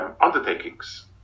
undertakings